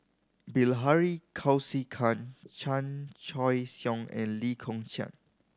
Bilahari Kausikan Chan Choy Siong and Lee Kong Chian